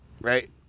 Right